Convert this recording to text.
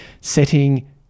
setting